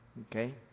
okay